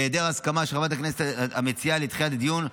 בהיעדר הסכמה של חברת הכנסת המציעה לדחיית הדיון,